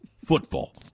Football